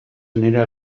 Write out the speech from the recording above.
anirà